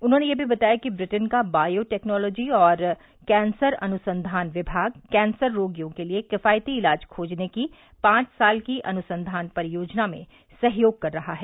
उन्होंने यह भी बताया कि ब्रिटेन का बायोटेक्नोलॉजी और कैंसर अनुसंधान विभाग कैंसर रोगियों के लिए किफायती इलाज खोजने की पांच साल की अनुसंधान परियोजना में सहयोग कर रहा है